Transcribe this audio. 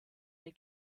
der